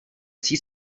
psí